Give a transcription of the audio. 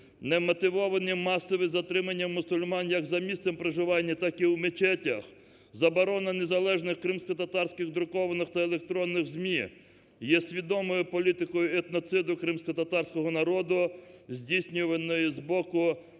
немотивовані масові затримання мусульман як за місцем проживання, так і в мечетях, заборона незалежних кримськотатарських друкованих та електронних ЗМІ є свідомою політикою етноциду кримськотатарського народу, здійснюваної з боку